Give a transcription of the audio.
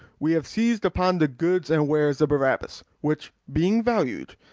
we have seiz'd upon the goods and wares of barabas, which, being valu'd,